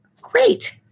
great